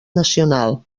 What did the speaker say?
nacional